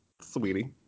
Sweetie